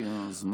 כי הזמן נגמר.